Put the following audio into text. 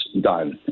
done